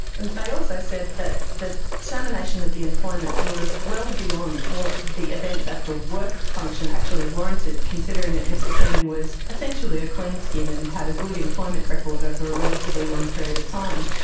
and they also said that the termination of the employment was well beyond what the events at the work function actually warranted, considering that mr keenan was essentially a clean skin and had a good employment record over a relatively long period of time.